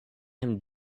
him